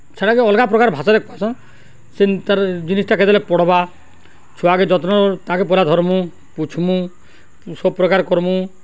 ସେଟାକେ ଅଲ୍ଗା ପ୍ରକାର୍ ଭାଷାରେ କହେସନ୍ ସେ ତାର୍ ଜିନିଷ୍ଟା କେତେବେଲେ ପଡ଼୍ବା ଛୁଆକେ ଯତ୍ନ ତାକେ ପୁରା ଧର୍ମୁ ପୁଛ୍ମୁ ସବୁ ପ୍ରକାର୍ କର୍ମୁ